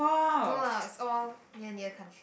no lah it's all near near country